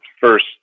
first